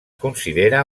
considera